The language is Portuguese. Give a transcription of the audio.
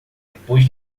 depois